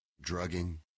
drugging